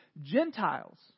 Gentiles